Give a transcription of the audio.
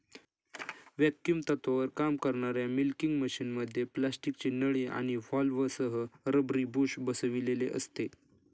vacuum तत्त्वावर काम करणाऱ्या मिल्किंग मशिनमध्ये प्लास्टिकची नळी आणि व्हॉल्व्हसह रबरी बुश बसविलेले असते